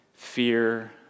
Fear